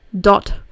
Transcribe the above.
dot